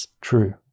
true